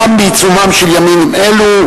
גם בעיצומם של ימים אלו,